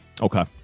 Okay